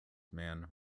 man